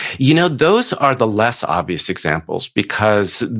you know, those are the less obvious examples because,